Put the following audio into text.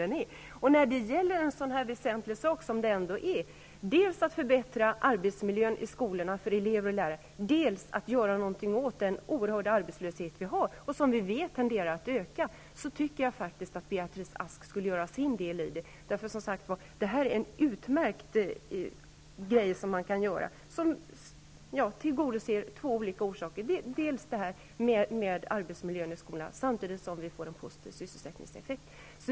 När det gäller en så väsentlig sak som det ändå är att dels förbättra arbetsmiljön i skolorna för elever och lärare, dels göra någonting åt den oerhörda arbetslöshet som vi har och som vi vet tenderar att öka, tycker jag faktiskt att Beatrice Ask skulle göra sin del. Det här är en utmärkt idé som tillgodoser två olika syften: det förbättrar arbetsmiljöerna i skolorna samtidigt som vi får en positiv sysselsättningseffekt.